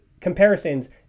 comparisons